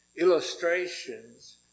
Illustrations